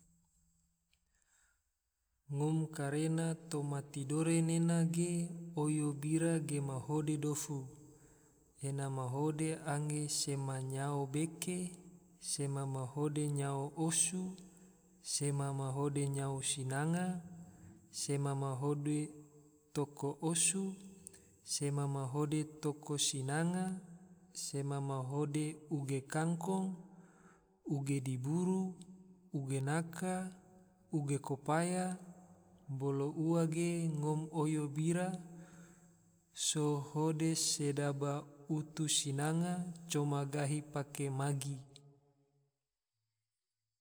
Ngom karena toma tidore nena ge, oyo bira ge ma hode dofu, ena mahode angge sema nyao beke, sema mahode nyao osu, sema mahode nyai sinanga, sema mahode toko osu, sema mahode toko sinanga, sema mahode uge kangkong, uge diburu, uge naka, uge kopaya, bolo ua ge, ngom oyo bira so hode sedaba utu sinanga, coma gahi pake magi